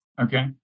Okay